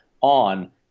on